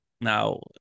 now